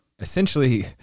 essentially